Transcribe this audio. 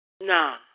Nah